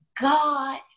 God